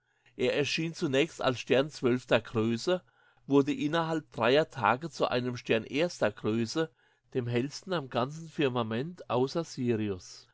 er erschien zunächst als stern größe wurde innerhalb dreier tage zu einem stern erster größe dem hellsten am ganzen firmament außer sirius